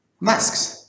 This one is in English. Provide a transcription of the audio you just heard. masks